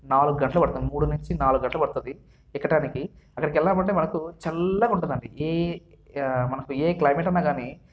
నాలుగు గంటలు పడుతుంది మూడు నుంచి నాలుగు గంటలు పడుతుంది ఎక్కటానికి అక్కడికి వెళ్ళామంటే మనకు చల్లగా ఉంటుందండి మనకి ఏ క్లైమేట్ ఉన్నా కాని